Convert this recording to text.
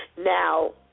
Now